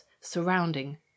surrounding